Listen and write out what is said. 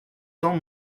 cents